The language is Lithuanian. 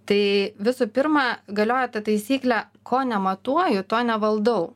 tai visų pirma galioja ta taisyklė ko nematuoju to nevaldau